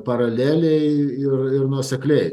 paraleliai ir ir nuosekliai